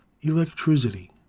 Electricity